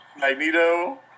Magneto